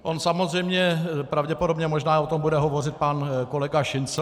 On samozřejmě pravděpodobně o tom bude hovořit pan kolega Šincl.